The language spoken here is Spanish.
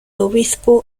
obispo